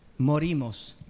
Morimos